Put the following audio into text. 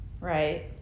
Right